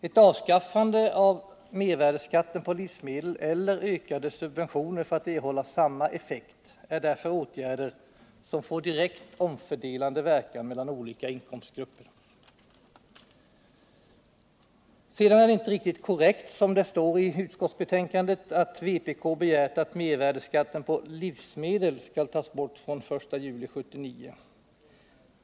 Ett avskaffande av mervärdeskatten på livsmedel eller ökade subventioner för att erhålla samma effekt är därför åtgärder som får direkt omfördelande verkan mellan olika inkomstgrupper. Sedan är det inte riktigt korrekt, som det står i utskottsbetänkandet, att vpk begärt att mervärdeskatten på livsmedel skall tas bort fr.o.m. den 1 juli 1979.